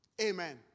Amen